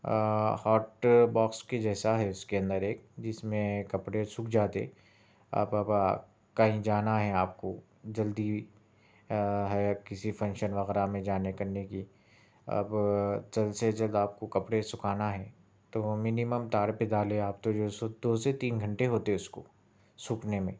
hot box کے جیسا ہے اس کے اندر ایک جس میں کپڑے سوکھ جاتے آپ آپ کہیں جانا ہے آپ کو جلدی ہے کسی فنکشن وغیرہ میں جانے کرنے کی اب جلد جلد سے آپ کو کپڑے سکھانا ہے تو مینیمم تاڑ پہ ڈالیں آپ تو جو سو دو سے تین گھنٹے ہوتے اس کو سوکھنے میں